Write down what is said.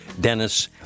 Dennis